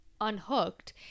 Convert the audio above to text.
unhooked